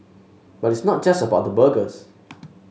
but it's not just about the burgers